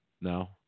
No